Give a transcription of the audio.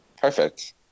Perfect